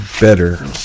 better